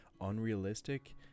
unrealistic